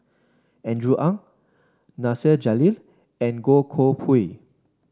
Andrew Ang Nasir Jalil and Goh Koh Pui